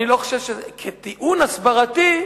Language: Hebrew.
כטיעון הסברתי,